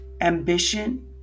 ambition